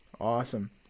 Awesome